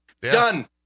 Done